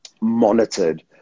monitored